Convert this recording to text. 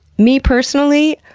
me personally,